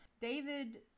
David